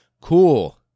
Cool